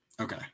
Okay